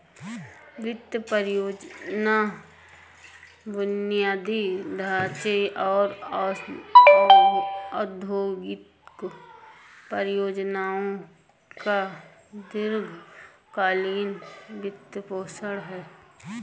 वित्त परियोजना बुनियादी ढांचे और औद्योगिक परियोजनाओं का दीर्घ कालींन वित्तपोषण है